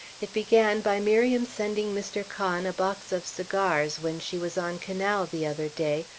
it began by miriam sending mr. conn a box of cigars when she was on canal the other day,